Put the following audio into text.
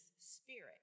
spirit